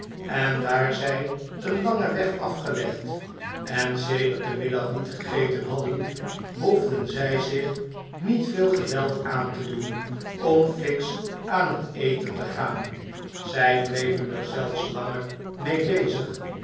en daar zij een langen weg afgelegd en sedert den middag niet gegeten hadden hoefden zij zich niet veel geweld aan te doen om fiks aan het eten te gaan zij bleven er zelfs langer mee bezig